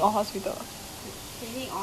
like not just blood bank